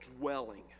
dwelling